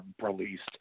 released